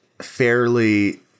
fairly